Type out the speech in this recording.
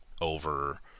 over